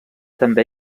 també